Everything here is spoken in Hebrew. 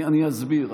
אני אסביר.